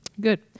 Good